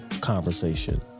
conversation